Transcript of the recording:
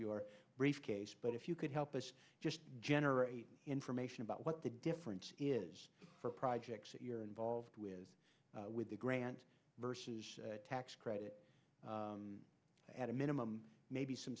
your briefcase but if you could help us just generate information about what the difference is for projects that you're involved with with the grant versus tax credit at a minimum maybe some